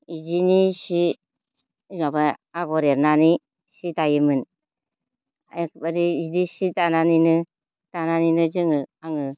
बिदिनि सि माबा आगर एरनानै सि दायोमोन एखेबारे बिदि सि दानानैनो दानानैनो जोङो आङो